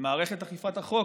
במערכת אכיפת החוק,